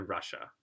Russia